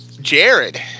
Jared